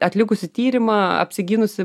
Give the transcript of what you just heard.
atlikusi tyrimą apsigynusi